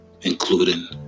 Including